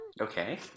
Okay